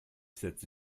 setze